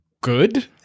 good